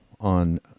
on